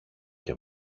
και